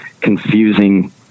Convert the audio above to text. confusing